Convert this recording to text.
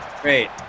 great